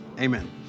Amen